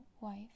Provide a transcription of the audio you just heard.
wife